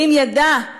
ואם ידע,